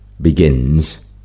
begins